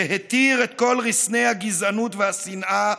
שהתיר את כל רסני הגזענות והשנאה,